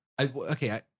Okay